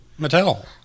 Mattel